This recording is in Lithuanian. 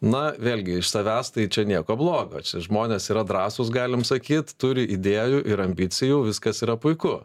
na vėlgi iš savęs tai čia nieko blogo čia žmonės yra drąsūs galim sakyti turi idėjų ir ambicijų viskas yra puiku